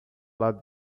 lado